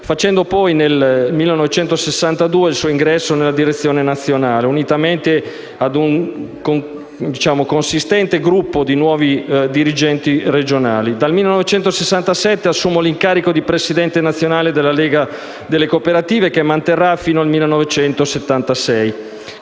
facendo poi nel 1962 il suo ingresso nella direzione nazionale, unitamente ad un consistente gruppo di nuovi dirigenti regionali. Dal 1967 assume l'incarico di presidente nazionale della Lega delle cooperative, che manterrà fino al 1976,